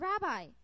rabbi